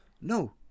No